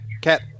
cat